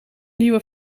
nieuwe